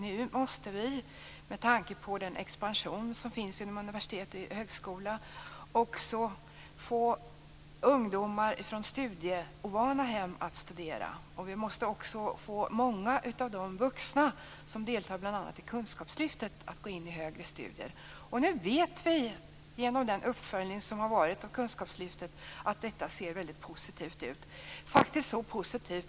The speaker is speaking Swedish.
Nu måste vi med tanke på expansionen inom universitet och högskolor också få ungdomar från studieovana hem att studera. Vi måste få många av de vuxna som deltar bl.a. i kunskapslyftet att gå in i högre studier. Nu vet vi genom den uppföljning som har skett av kunskapslyftet att detta ser positivt ut.